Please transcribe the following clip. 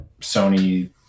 sony